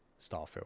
Starfield